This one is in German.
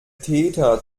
täter